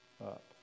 up